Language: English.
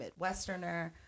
Midwesterner